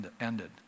ended